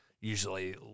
usually